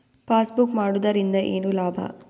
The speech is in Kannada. ಪಾಸ್ಬುಕ್ ಮಾಡುದರಿಂದ ಏನು ಲಾಭ?